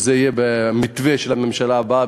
כדי שזה יהיה במתווה של הממשלה הבאה,